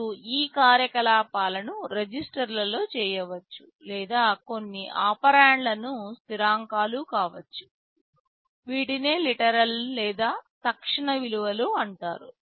మీరు ఈ కార్యకలాపాలను రిజిస్టర్లలో చేయవచ్చు లేదా కొన్ని ఆపెరండన్లు స్థిరాంకాలు కావచ్చు వీటిని లీటేరళ్లు లేదా తక్షణ విలువలు అంటారు